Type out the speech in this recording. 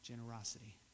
generosity